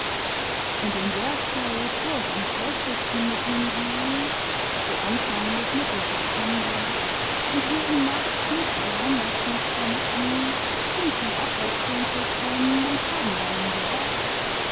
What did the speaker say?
und in der zeit wo es am schlechtesten mit ihm ging so anfang bis mitte september und wir ihn nachts nicht allein lassen konnten sind sie abwechselnd gekommen und haben bei ihm gewacht